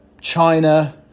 China